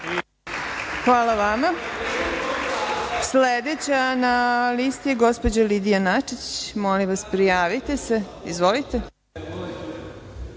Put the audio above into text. Hvala vama. Sledeća na listi je gospođa Lidija Načić. Molim vas, prijavite se, izvolite.